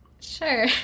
Sure